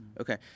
Okay